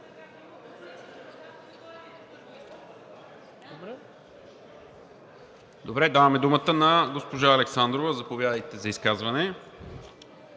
и § 2. Давам думата на госпожа Александрова. Заповядайте за изказване.